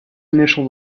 initial